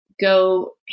Go